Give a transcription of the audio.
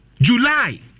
July